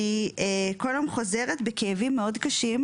'אני כל יום חוזרת בכאבים מאוד קשים,